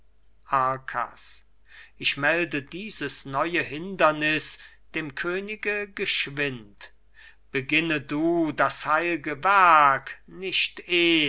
ich melde dieses neue hinderniß dem könige geschwind beginne du das heil'ge werk nicht